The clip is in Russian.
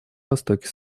востоке